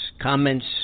comments